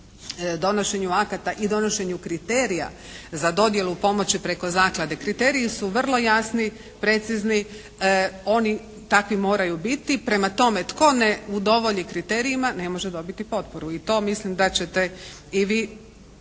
donošenju akata i donošenju kriterija za dodjelu pomoći preko zaklade. Kriteriji su vrlo jasni, precizni. Oni takvi moraju biti. Prema tome tko ne udovolji kriterijima ne može dobiti potporu. I to mislim da ćete i vi